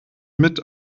mit